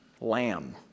lamb